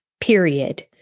period